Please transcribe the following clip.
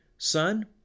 Son